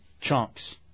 chunks